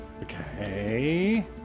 Okay